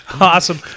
Awesome